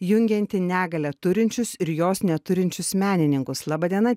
jungianti negalią turinčius ir jos neturinčius menininkus laba diena